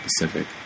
Pacific